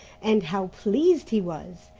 and how pleased he was!